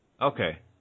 Okay